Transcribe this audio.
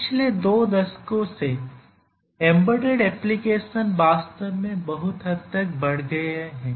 पिछले दो दशकों से एम्बेडेड एप्लीकेशनस वास्तव में बहुत हद तक बढ़ गए हैं